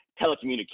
telecommunications